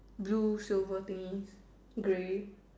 blue silver thingy grey